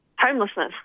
homelessness